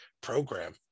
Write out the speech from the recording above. program